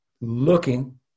looking